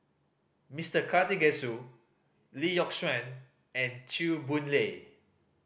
Mister Karthigesu Lee Yock Suan and Chew Boon Lay